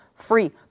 free